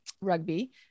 rugby